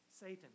Satan